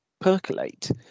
percolate